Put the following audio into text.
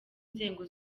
inzego